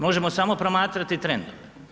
Možemo samo promatrati trendove.